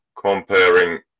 comparing